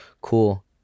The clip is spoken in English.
Cool